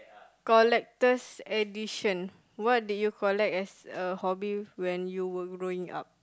collector's edition what do you collect as a hobby when you were growing up